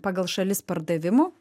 pagal šalis pardavimų